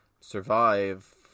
survive